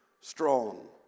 strong